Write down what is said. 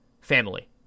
family